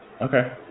Okay